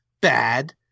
bad